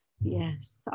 Yes